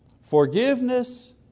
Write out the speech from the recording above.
forgiveness